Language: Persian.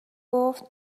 گفت